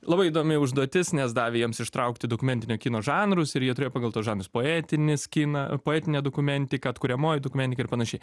labai įdomi užduotis nes davė jiems ištraukti dokumentinio kino žanrus ir jie turėjo pagal tuos žanrus poetinis kiną poetinė dokumentika atkuriamoji dokumentika ir panašiai